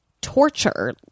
torture